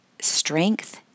strength